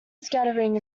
scattering